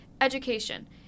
education